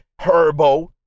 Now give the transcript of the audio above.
Herbo